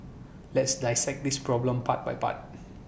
let's dissect this problem part by part